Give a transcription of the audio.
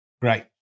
Great